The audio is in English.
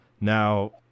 Now